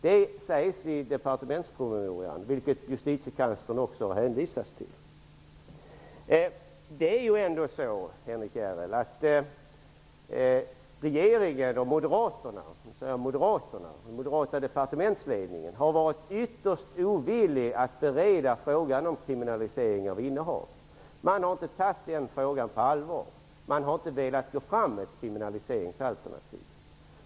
Det sägs alltså i departementspromemorian, vilket Justitiekanslern också har hänvisat till. Det är ändå så, Henrik S Järrel, att den moderata departementsledningen har varit ytterst ovillig att bereda frågan om kriminalisering av innehav. Man har inte tagit den frågan på allvar. Man har inte velat gå fram med ett kriminaliseringsalternativ.